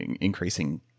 increasing